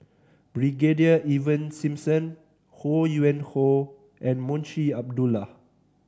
Brigadier Ivan Simson Ho Yuen Hoe and Munshi Abdullah